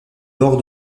lors